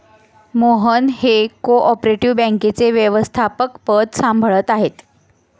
मोहन हे co operative बँकेचे व्यवस्थापकपद सांभाळत आहेत